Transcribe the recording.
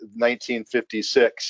1956